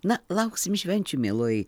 na lauksim švenčių mieloji